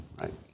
right